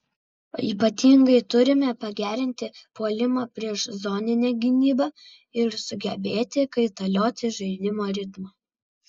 ypatingai turime pagerinti puolimą prieš zoninę gynybą ir sugebėti kaitalioti žaidimo ritmą